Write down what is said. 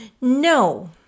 no